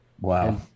Wow